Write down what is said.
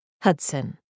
Hudson